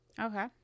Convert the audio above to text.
Okay